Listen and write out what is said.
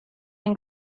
den